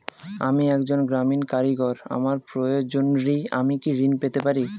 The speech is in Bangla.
আমি একজন গ্রামীণ কারিগর আমার প্রয়োজনৃ আমি কি ঋণ পেতে পারি?